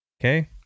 Okay